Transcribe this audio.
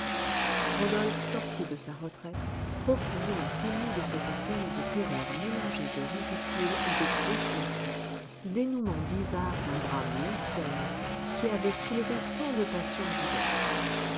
rodolphe sortit de sa retraite profondément ému de cette scène de terreur mélangée de ridicule et de grossièreté dénoûment bizarre d'un drame mystérieux qui avait soulevé tant de passions diverses